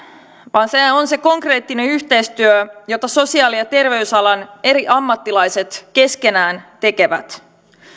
vaan se on se konkreettinen yhteistyö jota sosiaali ja terveysalan eri ammattilaiset keskenään tekevät